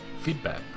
feedback